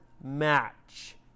match